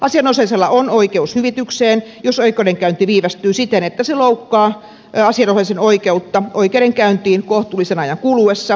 asianosaisella on oikeus hyvitykseen jos oikeuden käynti viivästyy siten että se loukkaa asianosaisen oikeutta oikeudenkäyntiin kohtuullisen ajan kuluessa